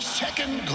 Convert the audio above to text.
second